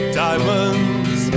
diamonds